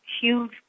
huge